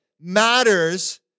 matters